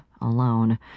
alone